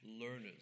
learners